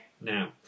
Now